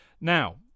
Now